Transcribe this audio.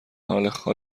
حالت